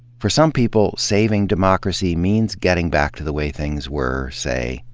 for some people, saving democracy means getting back to the way things were, say,